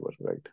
right